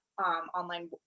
Online